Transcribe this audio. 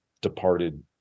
departed